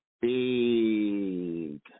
big